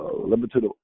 limited